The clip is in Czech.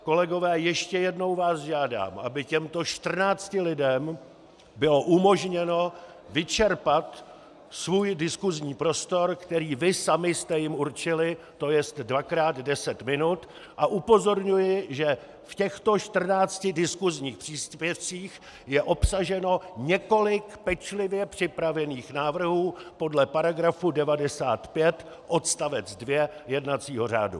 Kolegové, ještě jednou vás žádám, aby těmto čtrnácti lidem bylo umožněno vyčerpat svůj diskusní prostor, který vy sami jste jim určili, to jest dvakrát deset minut, a upozorňuji, že v těchto čtrnácti diskusních příspěvcích je obsaženo několik pečlivě připravených návrhů podle § 95 odst. 2 jednacího řádu.